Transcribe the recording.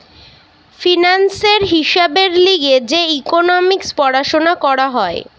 ফিন্যান্সের হিসাবের লিগে যে ইকোনোমিক্স পড়াশুনা করা হয়